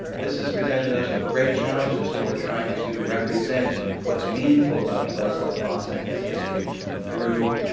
this has presented us with great challenges for trying to represent what's meaningful about a place like lhasa and its history through